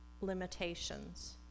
limitations